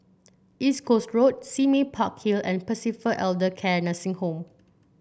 East Coast Road Sime Park Hill and Pacific Elder Care Nursing Home